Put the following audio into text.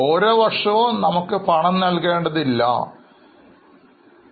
ഓരോ വർഷവും നമുക്ക് പണം നൽകേണ്ടതില്ല എന്ന് വിചാരിക്കുക